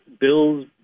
Bills